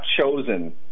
chosen